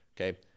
Okay